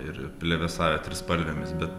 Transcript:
ir plevėsavę trispalvėmis bet